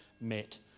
met